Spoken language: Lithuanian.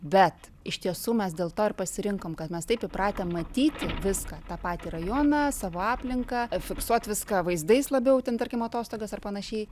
bet iš tiesų mes dėl to ir pasirinkom kad mes taip įpratę matyti viską tą patį rajoną savo aplinką fiksuot viską vaizdais labiau ten tarkim atostogas ar panašiai